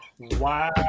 Wow